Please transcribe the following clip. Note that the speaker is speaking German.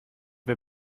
wir